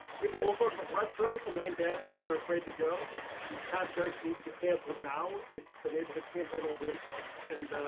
people will go to the restaurants and nine damage because they're afraid to go these contracts, need to be cancelled. now it's the neighborhood can't handle the influx and